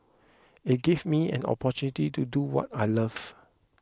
it gave me an opportunity to do what I love